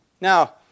Now